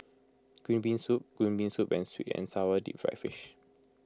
Green Bean Soup Green Bean Soup and Sweet and Sour Deep Fried Fish